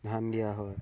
ধান দিয়া হয়